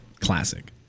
Classic